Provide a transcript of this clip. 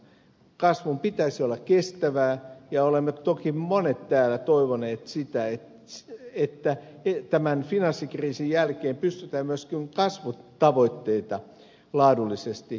kasvun pitäisi olla kestävää ja olemme toki monet täällä toivoneet sitä että tämän finanssikriisin jälkeen pystytään myöskin kasvutavoitteita laadullisesti analysoimaan